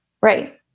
Right